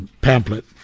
pamphlet